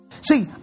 See